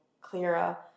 clearer